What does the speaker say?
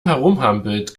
herumhampelt